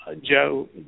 Joe